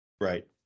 Right